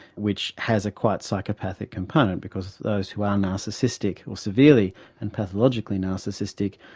which has a quite psychopathic component, because those who are narcissistic or severely and pathologically narcissistic,